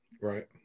Right